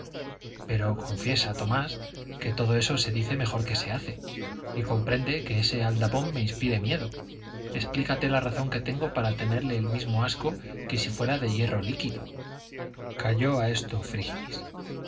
pero confiesa tomás que todo eso se dice mejor que se hace y comprende que ese aldabón me inspire miedo explícate la razón que tengo para tenerle el mismo asco que si fuera de hierro líquido calló a esto